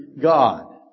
God